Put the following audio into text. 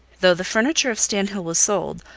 though the furniture of stanhill was sold,